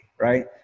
right